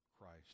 Christ